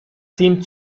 seemed